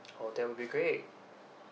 oh that will be great